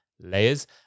Layers